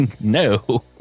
No